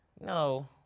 No